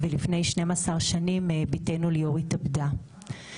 ולפני 12 שנים ביתנו ליאור התאבדה.